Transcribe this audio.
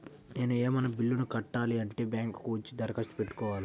నేను ఏమన్నా బిల్లును కట్టాలి అంటే బ్యాంకు కు వచ్చి దరఖాస్తు పెట్టుకోవాలా?